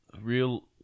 real